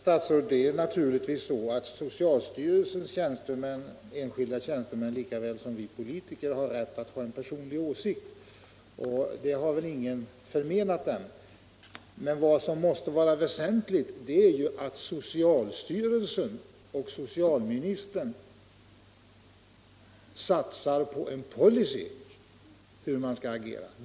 Herr talman! Naturligtvis, herr statsråd, har socialstyrelsens enskilda tjänstemän lika väl som vi politiker rätt att ha en personlig åsikt. Det har välingen förmenat dem. Men vad som måste vara väsentligt är att socialstyrelsen och socialministern satsar på en policy för hur man skall agera.